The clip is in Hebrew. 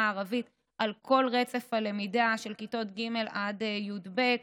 הערבית על כל רצף הלמידה מכיתות ג' עד י"ב,